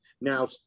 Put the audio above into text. now